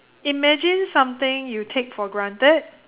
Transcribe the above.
imagine something you take for granted